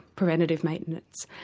preventive maintenance.